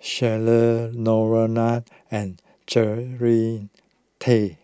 Cheryl Noronha and Jary Tay